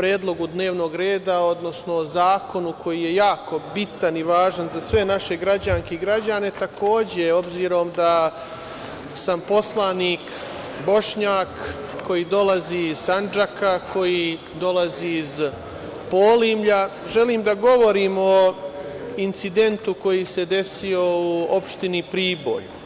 predlogu dnevnog reda, odnosno zakonu koji je jako bitan i važan za sve naše građanke i građane, takođe, obzirom da sam poslanik Bošnjak koji dolazi iz Sandžaka, koji dolazi iz Polimlja, želim da govorim o incidentu koji se desio u opštini Priboj.